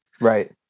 right